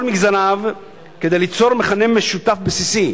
מגזריו כדי ליצור מכנה משותף בסיסי,